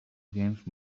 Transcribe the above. against